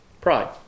Pride